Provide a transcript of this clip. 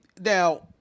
now